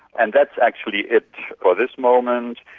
and that's actually it for this moment.